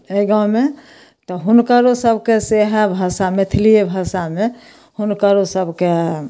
अय गाँवमे तऽ हुनकरो सबके से इएह भाषा मैथलीए भाषामे हुनकरो सबके